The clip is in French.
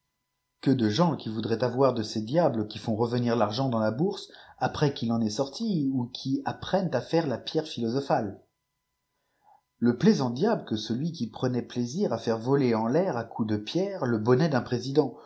que de gens qui voudraient avoir de ces diables qui font revenir l'aident dans la bourse après qu'il en est sorti ou qui apprennent à faire la pierre philosophale i le plaisant diable que celui qui prenait plaisir à faire voler en l'air à coups de pierres le bonnet d'un président